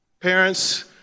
Parents